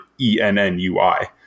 E-N-N-U-I